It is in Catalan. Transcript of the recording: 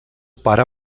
pare